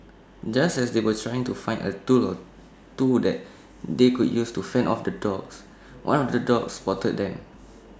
just as they were trying to find A tool or two that they could use to fend off the dogs one of the dogs spotted them